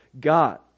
God